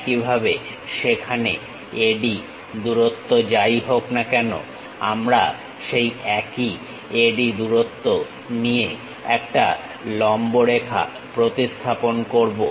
একইভাবে সেখানে AD দূরত্ব যাই হোক না কেন আমরা সেই একই AD দূরত্ব নিয়ে একটা লম্বরেখা প্রতিস্থাপন করব